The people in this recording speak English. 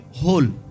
whole